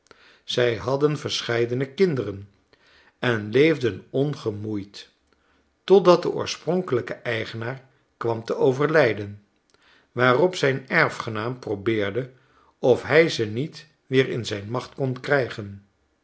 zij hadden verscheidene kinderen en leefden ongemoeid totdat de oorspronkelijke eigenaar kwam te overlijden waarop zijn erfgenaam probeerde of hij ze niet weer in zijn macht kon krijgen